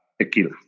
tequila